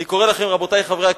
אני קורא לכם, רבותי חברי הכנסת,